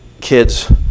kid's